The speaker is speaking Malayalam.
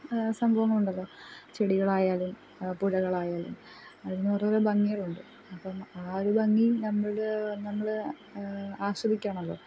സംഭവങ്ങളുണ്ടല്ലൊ ചെടികളായാലും പുഴകളായാലും അങ്ങനോരോരോ ഭംഗികളുണ്ട് അപ്പം ആ ഒരു ഭംഗി നമ്മൾ നമ്മൾ ആസ്വദിക്കണല്ലൊ